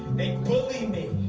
bully me.